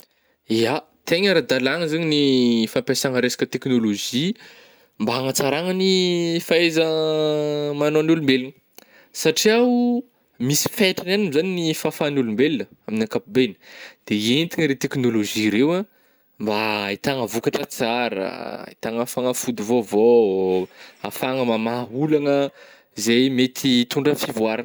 Ya, tegna ara-dalàgna zany ny fampiasagna resaka technologie mba agnatsaragna ny fahaiza manao ny olombelogna, satria o, misy fetragny ihany mo zany ny fahafahagn'ny olombelogna amin'ny akapobeagny de entigna reo technologie reo ah mba ahitagna vokatra tsara ah, ahitagna fagnafody vôovôo ôh, ahafahagna mamaha olagna zay mety hitondra fivoarana.